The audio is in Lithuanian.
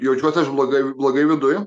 jaučiuos aš blogai blogai viduj